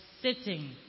Sitting